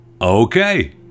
Okay